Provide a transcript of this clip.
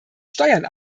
steuern